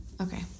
Okay